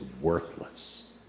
worthless